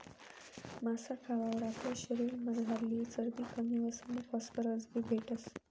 मासा खावावर आपला शरीरमझारली चरबी कमी व्हस आणि फॉस्फरस बी भेटस